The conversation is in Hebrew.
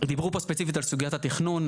דיברו פה ספציפית על סוגיות התכנון.